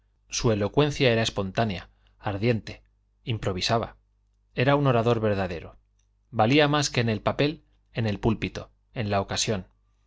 su elocuencia era espontánea ardiente improvisaba era un orador verdadero valía más que en el papel en el púlpito en la ocasión